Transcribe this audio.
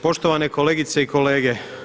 Poštovane kolegice i kolege.